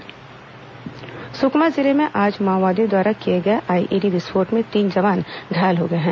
माओवादी विस्फोट सुकमा जिले में आज माओवादियों द्वारा किए गए आईईडी विस्फोट में तीन जवान घायल हो गए हैं